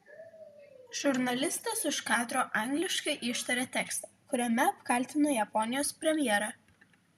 žurnalistas už kadro angliškai ištarė tekstą kuriame apkaltino japonijos premjerą